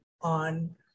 on